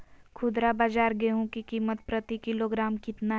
खुदरा बाजार गेंहू की कीमत प्रति किलोग्राम कितना है?